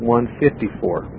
154